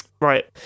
Right